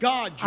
God